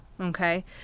okay